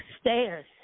stairs